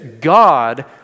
God